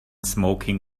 smoking